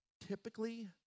typically